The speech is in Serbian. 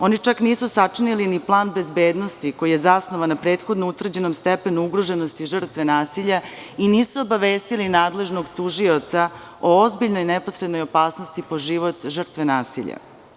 Oni čak nisu sačinili ni plan bezbednosti koji je zasnovan na prethodno utvrđenom stepenu ugroženosti žrtve nasilja i nisu obavestili nadležnog tužioca o ozbiljnoj neposrednoj opasnosti po život žrtve nasilja.